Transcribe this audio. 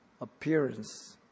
appearance